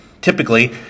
Typically